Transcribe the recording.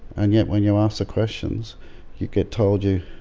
and yet when you ask the questions you get told you